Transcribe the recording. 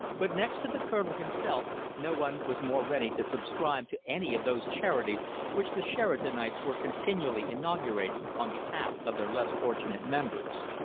but next to the colonel himself, no one was more ready to subscribe to any of those charities which the sheridanites were continually inaugurating on behalf of their less fortunate members.